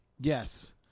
Yes